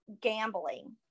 gambling